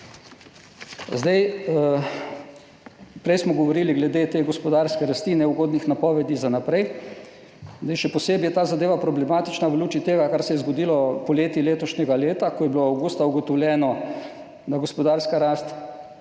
danes. Prej smo govorili o tej gospodarski rasti, neugodnih napovedih za naprej. Še posebej je ta zadeva problematična v luči tega, kar se je zgodilo poleti letošnjega leta, ko je bilo avgusta ugotovljeno, da gospodarska rast